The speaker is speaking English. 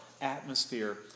atmosphere